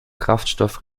kraftstoff